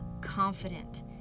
confident